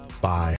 Bye